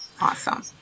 Awesome